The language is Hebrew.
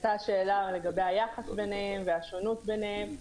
עלתה השאלה לגבי היחס ביניהם והשונות ביניהם,